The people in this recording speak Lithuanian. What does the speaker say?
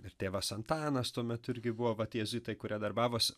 ir tėvas antanas tuo metu irgi buvo vat jėzuitai kurie darbavosi